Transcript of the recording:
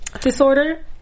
disorder